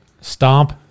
Stomp